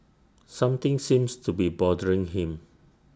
something seems to be bothering him